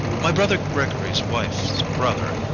my brother gregory's wife's brother,